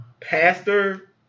pastor